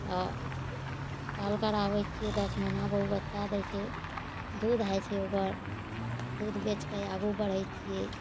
तऽ पाल कराबै छियै दस महीना पे ओ बच्चा दै छै दूध होइ छै ओकर दूध बेचके आगू बढ़ै छियै